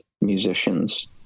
musicians